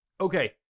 Okay